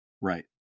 right